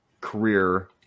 career